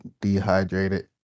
dehydrated